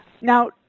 Now